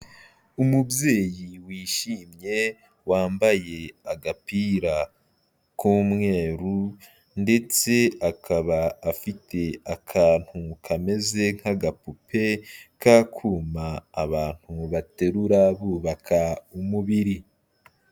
Umubyeyi wishimye, wambaye agapira k'umweru ndetse akaba afite akantu kameze nk'agapupe, k'akuma abantu baterura bubaka umubiri.